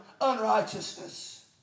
unrighteousness